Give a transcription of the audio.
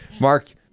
Mark